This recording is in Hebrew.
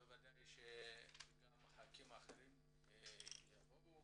כמובן שגם ח"כים אחרים יצטרפו,